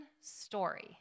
story